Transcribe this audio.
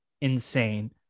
insane